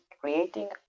creating